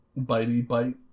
bitey-bite